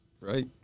right